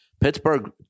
Pittsburgh